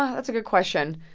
that's a good question.